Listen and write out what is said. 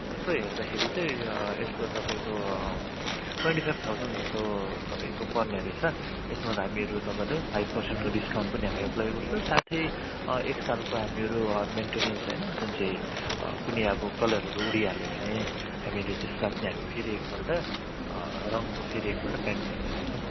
यसो हेर्दाखेरि चाहिँ यसको तपाईँको ट्वेन्टी फाइभ थाउजन्ड जस्तो तपाईँको पर्ने रहेछ यसमा त हामीहरू तपाईँलाई फाइभ पर्सेन्टको डिस्काउन्ट पनि हामी एप्लाई गर्छौँ साथै एक सालको हामीहरू मेन्टेनेन्स होइन जुन चाहिँ कुनै अब कलरहरू उडिहाल्यो भने हामीहरू त्यसलाई पनि हामी फेरि एक पल्ट रङ फेरि एक पल्ट पेन्ट गरिदिने छौँ